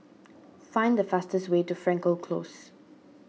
find the fastest way to Frankel Close